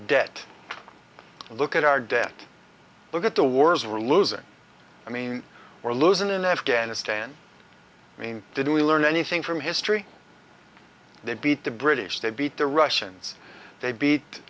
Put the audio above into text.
debt look at our debt look at the wars were losing i mean we're losing in afghanistan i mean didn't we learn anything from history they beat the british they beat the russians they beat